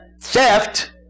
theft